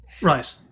Right